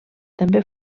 també